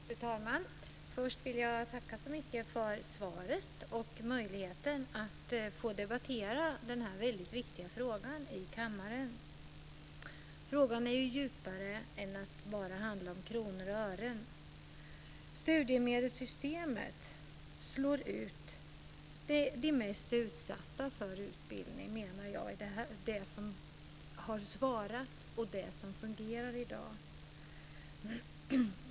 Fru talman! Först vill jag tacka så mycket för svaret och för möjligheten att få debattera den här väldigt viktiga frågan i kammaren. Frågan handlar inte bara om kronor och ören utan är djupare än så. Jag menar att studiemedelssystemet som det beskrivs i svaret och fungerar i dag slår ut de mest utsatta från utbildning.